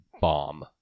bomb